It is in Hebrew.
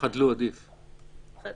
יתקיים בדרך שתבטיח כי האסיר, הסניגור,